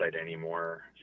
anymore